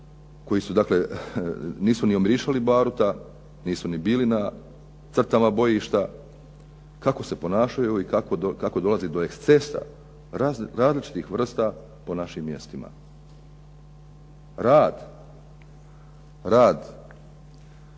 koji su dakle nisu ni omirisali baruta, nisu ni bili na crtama bojišta, kako se ponašaju, kako dolazi do ekscesa različitih vrsta po našim mjestima. Rad čini